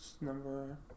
number